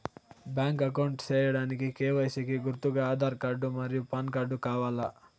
Bank account సేయడానికి KYC కి గుర్తుగా ఆధార్ కార్డ్ మరియు పాన్ కార్డ్ కావాలా?